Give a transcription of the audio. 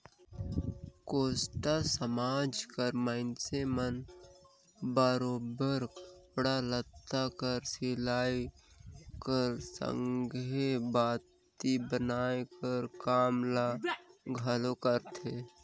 कोस्टा समाज कर मइनसे मन बरोबेर कपड़ा लत्ता कर सिलई कर संघे बाती बनाए कर काम ल घलो करथे